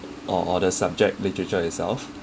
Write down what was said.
or or the subject literature itself